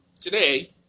today